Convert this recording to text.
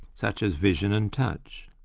such as vision and touch.